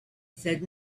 said